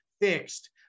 fixed